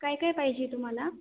काय काय पाहिजे तुम्हाला